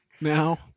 now